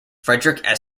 frederick